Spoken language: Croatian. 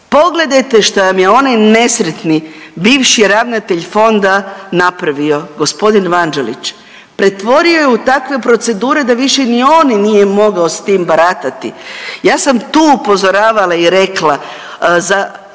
Pogledajte šta vam je onaj nesretni bivši ravnatelj fonda napravio g. Vanđelić, pretvorio je u takve procedure da više ni on nije mogao s tim baratati. Ja sam tu upozoravala i rekla za